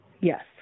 Yes